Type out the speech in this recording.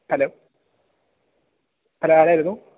hello hello ആരായിരുന്നു